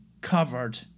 covered